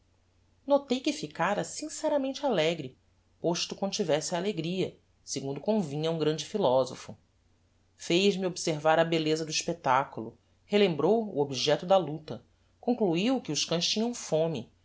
notei que ficára sinceramente alegre posto contivesse a alegria segundo convinha a um grande philosopho fez-me observar a belleza do espectaculo relembrou o objecto da luta concluiu que os cães tinham fome